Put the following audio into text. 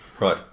Right